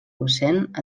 docent